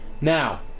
Now